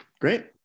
Great